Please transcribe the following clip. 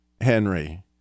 Henry